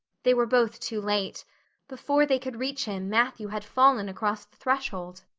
they were both too late before they could reach him matthew had fallen across the threshold.